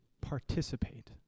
participate